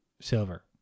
silver